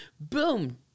boom